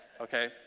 Okay